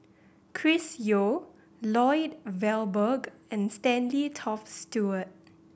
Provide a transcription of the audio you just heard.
Chris Yeo Lloyd Valberg and Stanley Toft Stewart